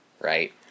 Right